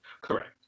Correct